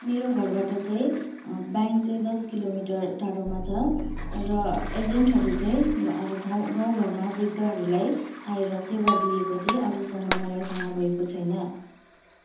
मेरो घरबाट चाहिँ ब्याङ्क चाहिँ दस किलो मिटर टाडामा छ र एजेन्टहरू चाहिँ अब गौ गाउँ घरमा वृद्धहरूलाई आएर सेवा दिएको चाहिँ आजसम्म मलाई थाहा भएको छैन